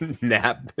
nap